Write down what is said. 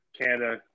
Canada